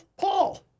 Paul